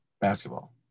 basketball